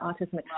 autism